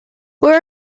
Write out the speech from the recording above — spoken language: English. where